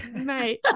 Mate